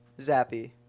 Zappy